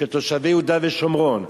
של תושבי יהודה ושומרון,